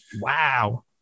Wow